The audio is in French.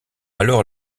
alors